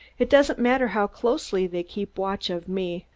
it doesn't matter how closely they keep watch of me.